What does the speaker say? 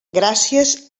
gràcies